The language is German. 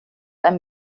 einem